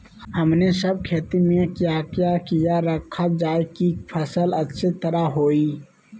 हमने सब खेती में क्या क्या किया रखा जाए की फसल अच्छी तरह होई?